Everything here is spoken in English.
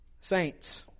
saints